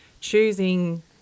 choosing